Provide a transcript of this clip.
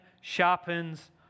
sharpens